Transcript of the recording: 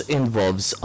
involves